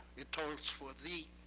it tolls for thee.